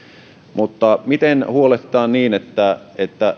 mutta miten huolehditaan siitä että